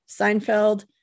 Seinfeld